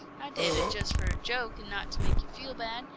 i did it just for a joke and not to make you feel bad.